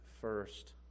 first